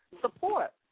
support